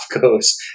goes